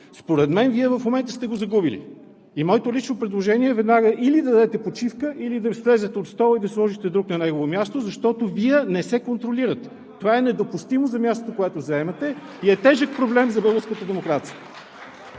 Според мен Вие в момента сте го загубили и моето лично предложение е веднага или да дадете почивка, или да слезете от стола и да сложите друг на него, защото това е недопустимо за мястото, което заемате, и е тежък проблем за българската демокрация.